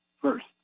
first